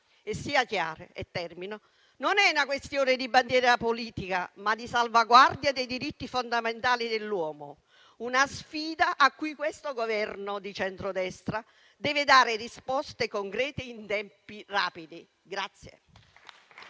Sia chiaro: non è una questione di bandiera politica, ma di salvaguardia dei diritti fondamentali dell'uomo, una sfida a cui questo Governo di centrodestra deve dare risposte concrete in tempi rapidi.